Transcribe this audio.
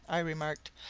i remarked.